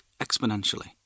exponentially